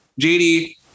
JD